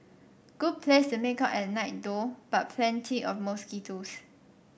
good place to make out at night though but plenty of mosquitoes